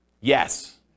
Yes